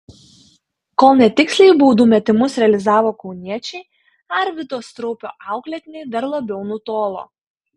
kol netiksliai baudų metimus realizavo kauniečiai arvydo straupio auklėtiniai dar labiau nutolo